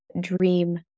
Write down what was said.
dream